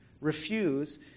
refuse